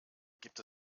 gibt